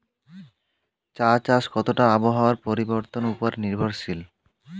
চা চাষ কতটা আবহাওয়ার পরিবর্তন উপর নির্ভরশীল?